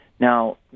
Now